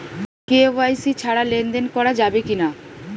KYC ছাড়া লেনদেন করা যাবে কিনা?